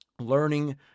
learning